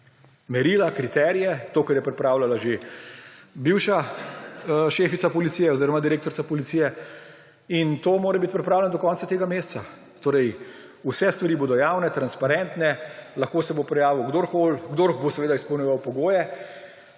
merila, kriterije, to, kar je pripravljala že bivša direktorica Policije. In to mora biti pripravljeno do konca tega meseca. Torej vse stvari bodo javne, transparentne, lahko se bo prijavil kdorkoli, kdor bo seveda izpolnjeval pogoje.